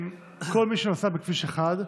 כל מי שנוסע בכביש 1,